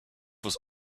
was